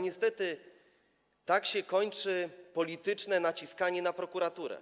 Niestety tak się kończy polityczne naciskanie na prokuraturę,